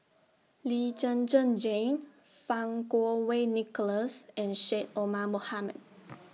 Lee Zhen Zhen Jane Fang Kuo Wei Nicholas and Syed Omar Mohamed